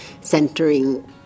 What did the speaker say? centering